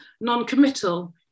non-committal